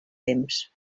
temps